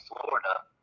Florida